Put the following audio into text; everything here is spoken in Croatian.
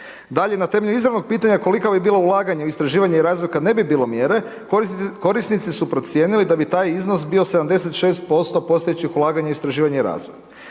Dalje, na temelju izravnog pitanja kolika bi bila ulaganja u istraživanje i razvoj kad ne bi bilo mjere korisnici su procijenili da bi taj iznos bio 76% postojećih ulaganja u istraživanje i razvoj.